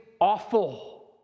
awful